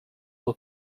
will